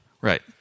Right